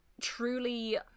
truly